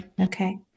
Okay